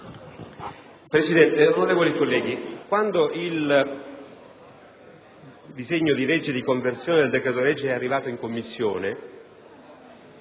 Presidente, onorevoli colleghi, quando il disegno di legge di conversione del decreto-legge è arrivato in Commissione